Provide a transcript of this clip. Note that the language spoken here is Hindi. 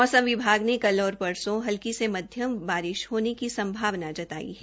मौसम विभाग ने कल और परसो हलकी से मध्यम बारिश होने की संभावना जताई है